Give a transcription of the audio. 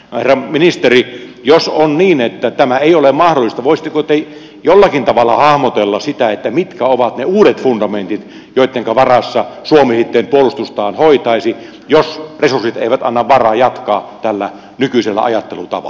herra ministeri jos on niin että tämä ei ole mahdollista voisitteko te jollakin tavalla hahmotella sitä mitkä ovat ne uudet fundamentit joittenka varassa suomi sitten puolustustaan hoitaisi jos resurssit eivät anna varaa jatkaa tällä nykyisellä ajattelutavalla